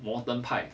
modern 派